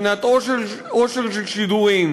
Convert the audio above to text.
מבחינת עושר של שידורים